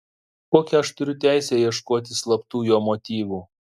kokią aš turiu teisę ieškoti slaptų jo motyvų